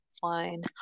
fine